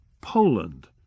Poland